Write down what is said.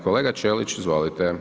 Kolega Ćelić izvolite.